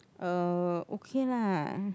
uh okay lah